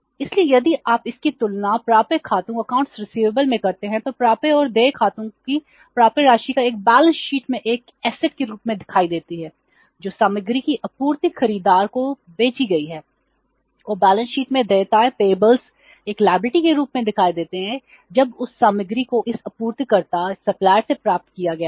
इसलिए यदि आप इसकी तुलना प्राप्य खातों से प्राप्त किया गया हो